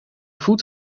voet